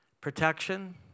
protection